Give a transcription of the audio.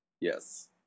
Yes